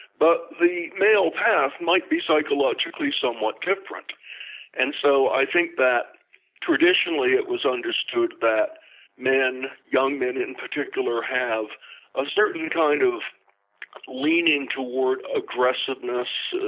but the male path might be psychologically somewhat different and so i think that traditionally it was understood that men, young men in particular, have a certain kind of leaning toward aggressiveness, so